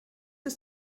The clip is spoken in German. ist